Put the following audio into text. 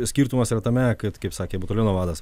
skirtumas yra tame kad kaip sakė bataliono vadas